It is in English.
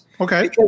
Okay